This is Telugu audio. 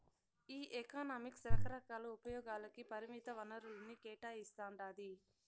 ఈ ఎకనామిక్స్ రకరకాల ఉపయోగాలకి పరిమిత వనరుల్ని కేటాయిస్తాండాది